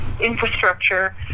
infrastructure